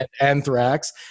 Anthrax